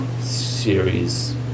series